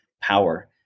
power